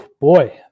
Boy